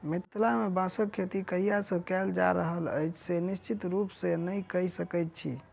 मिथिला मे बाँसक खेती कहिया सॅ कयल जा रहल अछि से निश्चित रूपसॅ नै कहि सकैत छी